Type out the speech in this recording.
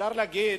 אפשר להגיד,